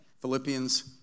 Philippians